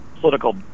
political